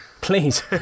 please